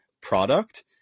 product